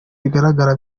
bigaragara